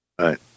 Right